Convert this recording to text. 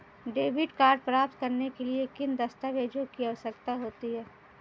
Debit card प्राप्त करने के लिए किन दस्तावेज़ों की आवश्यकता होती है?